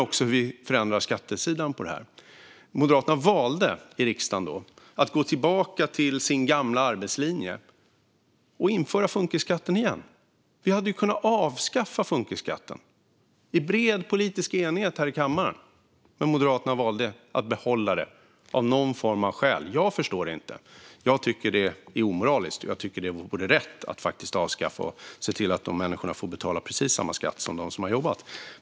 Vi har också förändrat på skattesidan, men Moderaterna valde i riksdagen att gå tillbaka till sin gamla arbetslinje och införa funkisskatten igen. Vi hade kunnat avskaffa funkisskatten i bred politisk enighet här i kammaren, men Moderaterna valde att behålla den av någon form av skäl som jag inte förstår. Jag tycker att det är omoraliskt. Jag tycker att det vore rätt att avskaffa den och se till att dessa människor får betala precis samma skatt som de som har jobbat.